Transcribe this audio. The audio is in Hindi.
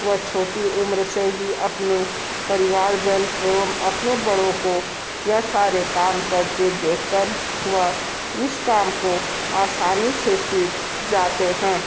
वह छोटी उम्र से ही अपने परिवारजन एवं अपने बड़ों को यह सारे काम करते देख कर वह इस काम को आसानी से सीख जाते हैं